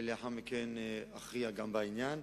ולאחר מכן גם אכריע בעניין.